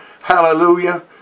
Hallelujah